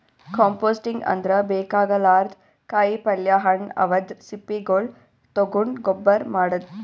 composting ಅಂದ್ರ ಬೇಕಾಗಲಾರ್ದ್ ಕಾಯಿಪಲ್ಯ ಹಣ್ಣ್ ಅವದ್ರ್ ಸಿಪ್ಪಿಗೊಳ್ ತಗೊಂಡ್ ಗೊಬ್ಬರ್ ಮಾಡದ್